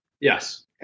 Yes